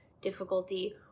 difficulty